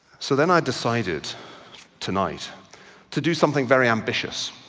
so then i decided tonight to do something very ambitious.